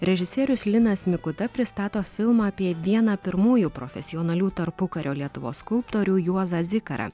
režisierius linas mikuta pristato filmą apie vieną pirmųjų profesionalių tarpukario lietuvos skulptorių juozą zikarą